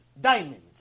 diamond